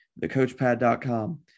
thecoachpad.com